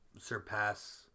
surpass